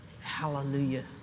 Hallelujah